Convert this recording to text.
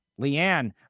Leanne